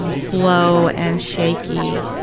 um slow and shaky,